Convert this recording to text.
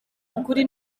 ukuri